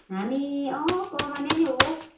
हामी अँ कमाने नै हो